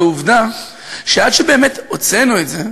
זה העובדה שעד שבאמת הוצאנו את זה,